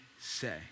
say